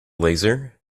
laser